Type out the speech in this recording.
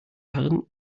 herren